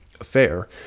affair